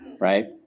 right